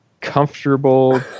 comfortable